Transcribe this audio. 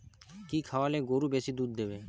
কি খাওয়ালে গরু বেশি দুধ দেবে?